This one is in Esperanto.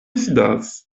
sidas